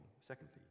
Secondly